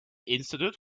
institute